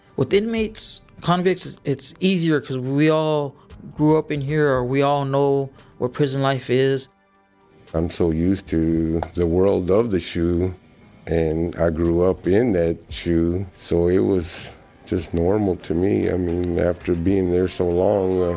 with inmates, convicts, it's easier because we all grew up in here or we all know what prison life is i'm so used to the world of the shu and i grew up in that shu. so, it was just normal to me. i mean, after being there for so long,